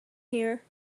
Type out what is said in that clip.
here